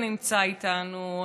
שנמצא איתנו,